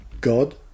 God